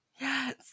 yes